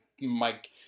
Mike